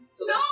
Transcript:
no